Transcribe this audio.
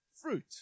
fruit